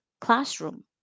classroom